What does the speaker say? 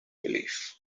belief